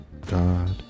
God